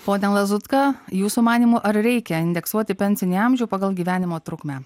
pone lazutka jūsų manymu ar reikia indeksuoti pensinį amžių pagal gyvenimo trukmę